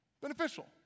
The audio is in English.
beneficial